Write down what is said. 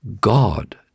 God